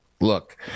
Look